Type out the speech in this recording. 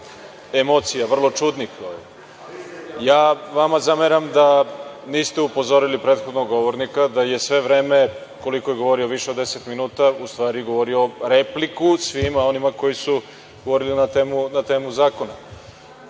emocija, vrlo čudnih. Ja vama zameram da niste upozorili prethodnog govornika da je sve vreme, koliko je govorio, više od deset minuta, u stvari govorio repliku svima onima koji su govorili o temi zakona.